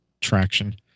traction